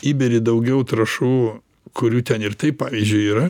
įbėri daugiau trąšų kurių ten ir taip pavyzdžiui yra